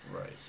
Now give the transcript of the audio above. Right